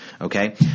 Okay